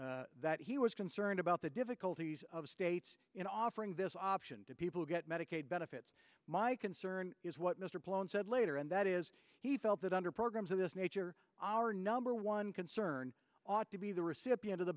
said that he was concerned about the difficulties of states in offering this option to people who get medicaid benefits my concern is what mr blown said later and that is he felt that under programs of this nature our number one concern ought to be the recipient of the